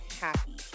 happy